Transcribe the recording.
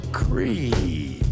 creed